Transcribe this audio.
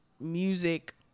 music